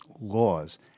laws